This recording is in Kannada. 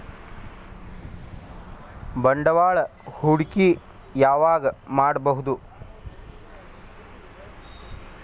ಬಂಡವಾಳ ಹೂಡಕಿ ಯಾವಾಗ್ ಮಾಡ್ಬಹುದು?